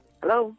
hello